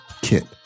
kit